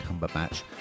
Cumberbatch